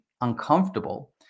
uncomfortable